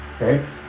okay